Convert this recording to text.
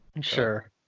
Sure